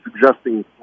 suggesting